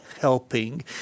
helping